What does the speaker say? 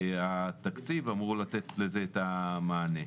והתקציב אמור לתת לזה את המענה.